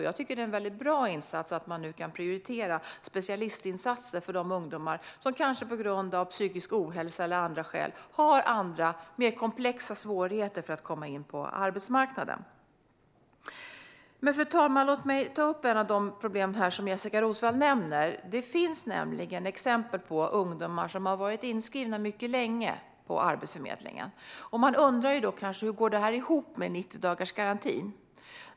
Jag tycker att det är bra att man nu kan prioritera specialistinsatser för de ungdomar som på grund av psykisk ohälsa eller av andra skäl har mer komplexa svårigheter att komma in på arbetsmarknaden. Fru talman! Låt mig ta upp ett av de problem som Jessika Roswall nämner. Det finns nämligen exempel på ungdomar som har varit inskrivna mycket länge på Arbetsförmedlingen. Då kanske man undrar hur det går ihop med 90-dagarsgarantin.